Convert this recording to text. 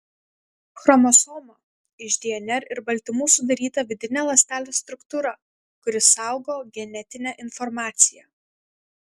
chromosoma iš dnr ir baltymų sudaryta vidinė ląstelės struktūra kuri saugo genetinę informaciją